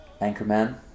anchorman